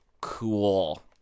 cool